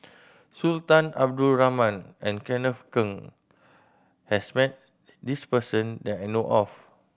Sultan Abdul Rahman and Kenneth Keng has met this person that I know of